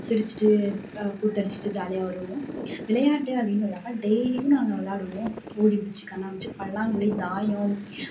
சிரிச்சுட்டு கூத்தடிச்சுட்டு ஜாலியாக வருவோம் விளையாட்டு அப்படினு பார்த்தாக்கா டெய்லியும் நாங்கள் விளையாடுவோம் ஓடி பிடிச்சு கண்ணாமூச்சி பல்லாங்குழி தாயம்